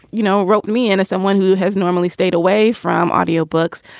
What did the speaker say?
you know, wrote me into someone who has normally stayed away from audio books,